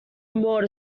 more